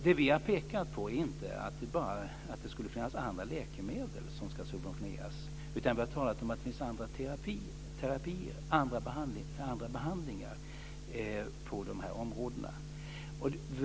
Det vi har pekat på är inte bara att det skulle finnas andra läkemedel som ska subventioneras, utan vi har talat om att det finns andra terapier, andra behandlingar, på de här områdena.